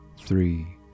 Three